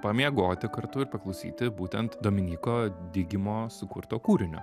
pamiegoti kartu ir paklausyti būtent dominyko digimo sukurto kūrinio